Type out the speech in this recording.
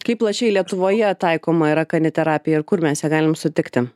kaip plačiai lietuvoje taikoma yra kaniterapija ir kur mes ją galim sutikti